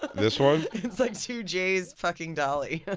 this one? it's like two jays fucking dolly.